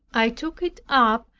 i took it up,